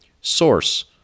Source